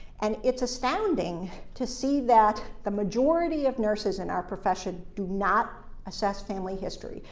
and it's astounding to see that the majority of nurses in our profession do not assess family history.